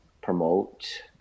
promote